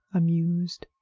amused.